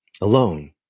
Alone